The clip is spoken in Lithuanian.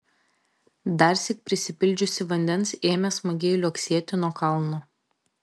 darsyk prisipildžiusi vandens ėmė smagiai liuoksėti nuo kalno